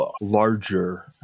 larger